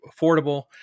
affordable